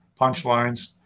punchlines